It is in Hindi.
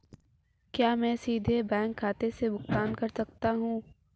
क्या मैं सीधे अपने बैंक खाते से भुगतान कर सकता हूं?